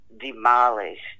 demolished